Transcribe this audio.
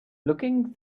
looking